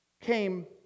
came